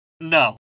No